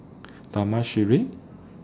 Taman Sireh